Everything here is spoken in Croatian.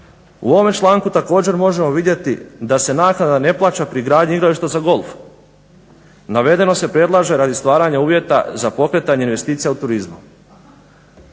U ovome članku također možemo vidjeti da se naknada ne plaća pri gradnji igrališta za golf. Navedeno se predlaže radi stvaranja uvjeta za pokretanje investicija u turizmu.